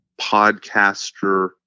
podcaster